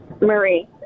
Marie